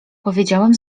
powiedziałem